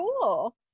cool